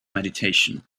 meditation